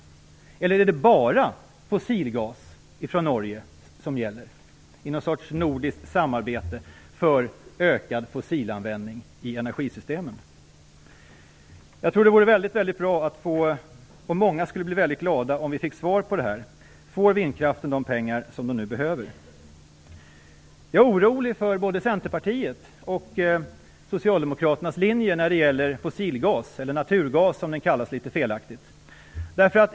Eller är det bara fossilgas från Norge som gäller i något sorts nordiskt samarbete för ökad fossilanvändning i energisystemen? Jag tror att det vore väldigt bra och att många skulle bli mycket glada om vi fick svar på det. Får vindkraften de pengar som den nu behöver? Jag är orolig för både Centerpartiets och Socialdemokraternas linje när det gäller fossilgas, eller naturgas, som det litet felaktigt kallas.